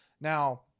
Now